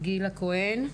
גיל הכהן.